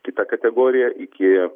kita kategorija iki